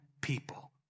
people